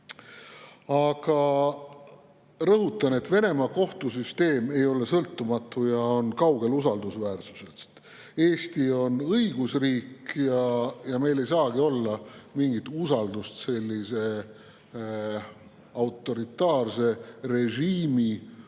Rõhutan, et Venemaa kohtusüsteem ei ole sõltumatu ja on kaugel usaldusväärsusest. Eesti on õigusriik ja meil ei saagi olla mingit usaldust sellise autoritaarse režiimi